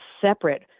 separate